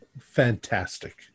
Fantastic